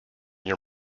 your